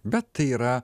bet tai yra